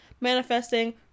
manifesting